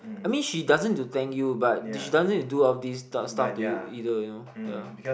I mean she doesn't need to thank you but she doesn't need to do all of these stuff to you either you know yeah